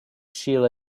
shiela